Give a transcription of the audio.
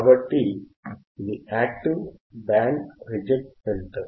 కాబట్టి ఇది active band reject filter